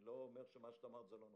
אני לא אומר שמה שאמרת אינו נכון.